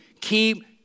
Keep